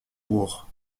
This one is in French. bourg